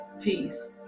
peace